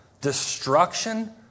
destruction